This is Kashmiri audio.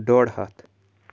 ڈۄڈ ہَتھ